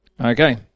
Okay